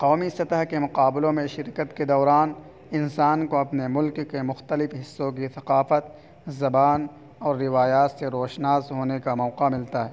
قومی سطح کے مقابلوں میں شرکت کے دوران انسان کو اپنے ملک کے مختلف حصوں کی ثقافت زبان اور روایات سے روشناس ہونے کا موقع ملتا ہے